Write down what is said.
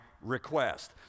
request